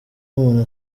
umuntu